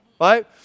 right